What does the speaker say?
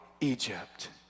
egypt